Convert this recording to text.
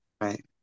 Right